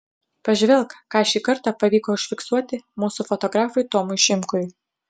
pažvelk ką šį kartą pavyko užfiksuoti mūsų fotografui tomui šimkui